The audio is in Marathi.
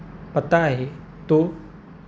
पत्ता आहे तो